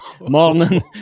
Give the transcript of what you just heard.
morning